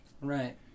right